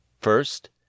first